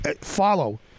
follow